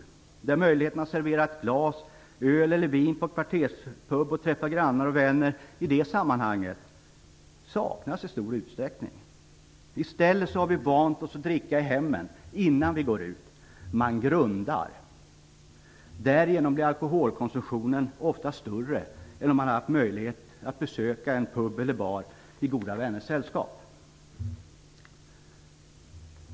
Det innebär att möjligheten att bli serverad ett glas öl eller vin på en kvarterspub, där man träffar grannar och vänner, i stor utsträckning saknas. I stället har vi vant oss att dricka i hemmen innan vi går ut - man grundar. Därigenom blir alkoholkonsumtionen oftast större än om man haft möjlighet att besöka en pub eller bar i goda vänners sällskap. Fru talman!